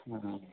ಹಾಂ ಹಾಂ